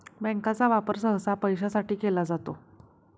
बँकांचा वापर सहसा पैशासाठी केला जातो